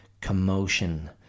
commotion